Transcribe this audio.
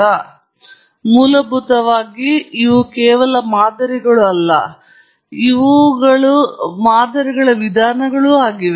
ಈಗ ಮೂಲಭೂತವಾಗಿ ಇವು ಕೇವಲ ಮಾದರಿಗಳು ಅಲ್ಲ ಇವುಗಳು ಸಹ ಮಾದರಿಗಳ ವಿಧಾನಗಳಾಗಿವೆ